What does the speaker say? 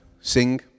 sing